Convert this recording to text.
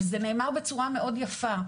וזה נאמר בצורה מאוד יפה.